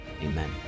amen